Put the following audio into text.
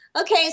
Okay